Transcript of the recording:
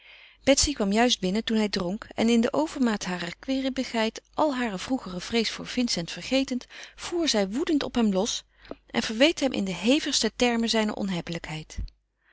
betsy kwam juist binnen toen hij dronk en in de overmaat harer kribbigheid al hare vroegere vrees voor vincent vergetend voer zij woedend op hem los en verweet hem in de hevigste termen zijne onhebbelijkheid